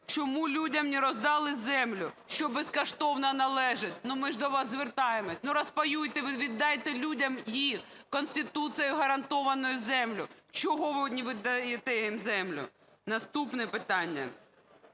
"Чому людям не роздали землю, що безкоштовно належить? Ми ж до вас звертаємось! Розпаюйте ви, віддайте людям Конституцією гарантовану землю. Чого ви не даєте їм землю?". Наступне питання.